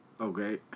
Okay